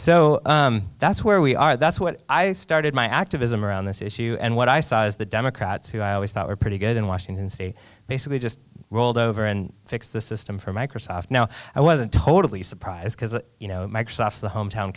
so that's where we are that's what i started my activism around this issue and what i saw as the democrats who i always thought were pretty good in washington state basically just rolled over and fix the system for microsoft now i wasn't totally surprised because you know microsoft's the hometown